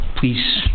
Please